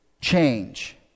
change